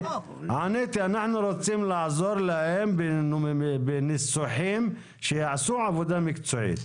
אנחנו רוצים לעזור להם בניסוחים כדי שיעשו עבודה מקצועית.